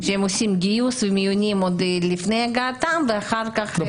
הם עושים גיוס ומיונים עוד לפני הגעתם ואחר כך --- לא,